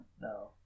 No